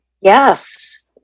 Yes